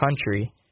country